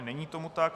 Není tomu tak.